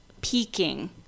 peaking